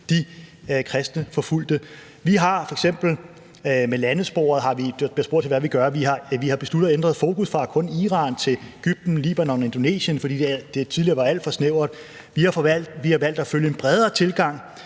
vi gør, og vi har f.eks. med landesporet besluttet at ændre fokus fra kun Iran til Egypten, Libanon og Indonesien, fordi det tidligere var alt for snævert. Vi har valgt at følge en bredere tilgang